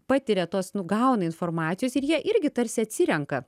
patiria tos nu gauna informacijos ir jie irgi tarsi atsirenka